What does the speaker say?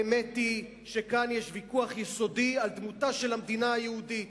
האמת היא שכאן יש ויכוח יסודי על דמותה של המדינה היהודית,